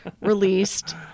released